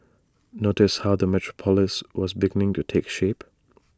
notice how the metropolis was beginning to take shape